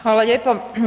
Hvala lijepa.